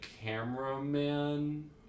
cameraman